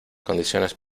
condiciones